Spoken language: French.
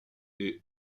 est